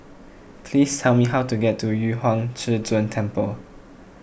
please tell me how to get to Yu Huang Zhi Zun Temple